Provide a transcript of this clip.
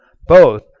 both,